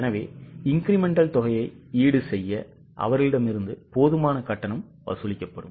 எனவே இன்கிரிமெண்டல் தொகையை ஈடுசெய்ய அவர்களிடமிருந்து போதுமான கட்டணம் வசூலிக்கப்படும்